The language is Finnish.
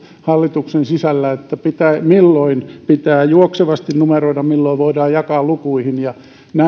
hallituksen sisällä milloin pitää juoksevasti numeroida milloin voidaan jakaa lukuihin ja